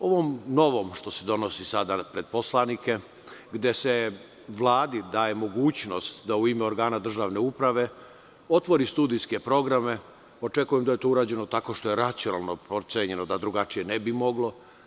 Ovo novo što se donosi pred poslanike gde se Vladi daje mogućnost da u ime organa državne uprave otvori studijske programe, očekujem da je to urađeno tako što je racionalno procenjeno da drugačije ne bi moglo.